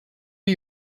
are